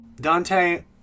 Dante